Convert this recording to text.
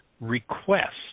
request